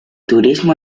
turismo